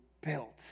built